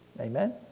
amen